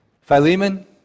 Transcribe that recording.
Philemon